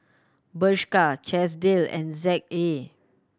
Bershka Chesdale and Z A